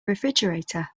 refrigerator